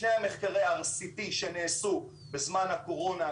שני מחקרי ה-RCT שנעשו בזמן הקורונה,